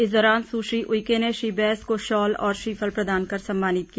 इस दौरान सुश्री उइके ने श्री बैस को शॉल और श्रीफल प्रदान कर सम्मानित किया